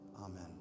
Amen